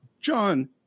John